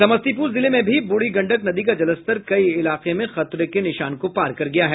समस्तीपुर जिले में भी ब्रढ़ी गंडक नदी का जलस्तर कई इलाकों में खतरे के निशान को पार कर गया है